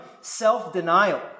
self-denial